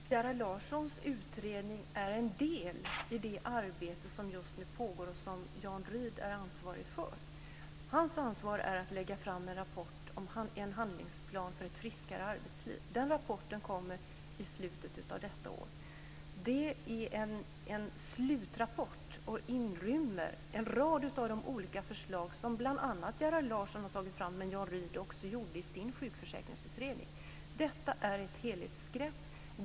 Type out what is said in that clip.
Herr talman! Gerhard Larssons utredning är en del i det arbete som just nu pågår och som Jan Rydh är ansvarig för. Hans ansvar är att lägga fram en handlingsplan för ett friskare arbetsliv. Den rapporten kommer i slutet av detta år. Det är en slutrapport, och den inrymmer en rad av de olika förslag som bl.a. Gerhard Larsson har tagit fram, men också Jan Rydh i sin sjukförsäkringsutredning. Detta är ett helhetsgrepp.